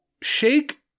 Shake